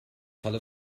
falle